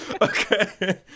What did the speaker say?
Okay